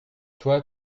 toi